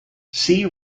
see